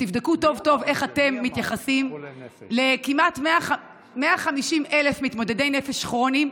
ותבדקו טוב-טוב איך אתם מתייחסים לכמעט 150,000 מתמודדי נפש כרוניים,